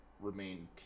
remain